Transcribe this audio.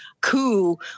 coup